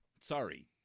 sorry